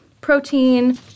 protein